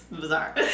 Bizarre